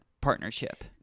partnership